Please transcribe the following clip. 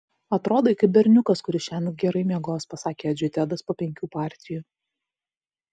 atrodai kaip berniukas kuris šiąnakt gerai miegos pasakė edžiui tedas po penkių partijų